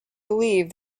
believe